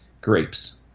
grapes